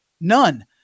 none